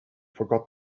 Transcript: forgot